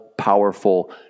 powerful